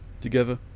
together